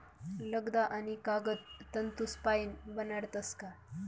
लगदा आणि कागद तंतूसपाईन बनाडतस का